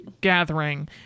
gathering